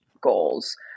goals